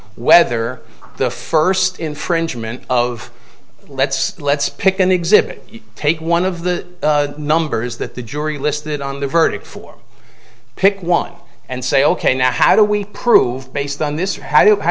whether the first infringement of let's let's pick an exhibit you take one of the numbers that the jury listed on the verdict form pick one and say ok now how do we prove based on this or how